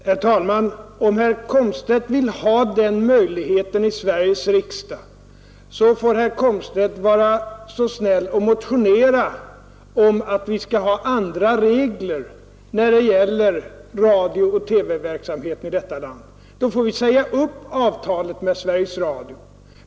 Herr talman! Om herr Komstedt vill ha den möjligheten i Sveriges riksdag, får herr Komstedt vara snäll och motionera om att vi skall ha andra regler för radiooch TV-verksamheten i vårt land. För detta krävs att vi säger upp avtalet med Sveriges Radio.